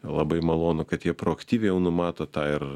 labai malonu kad jie proaktyviai jau numato tą ir